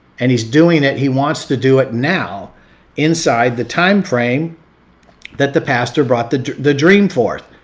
and he's doing it. he wants to do it now inside the timeframe that the pastor brought the the dream fourth.